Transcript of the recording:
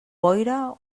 boira